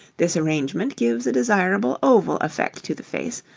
this arrangement gives a desirable oval effect to the face,